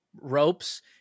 ropes